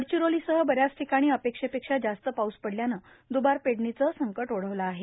गडचिरोलीसह बऱ्याच ठिकाणी अपेक्षेपेक्षा जास्त पाऊस पडल्याने दुबार पेरणीचे संकट ओढवले आहे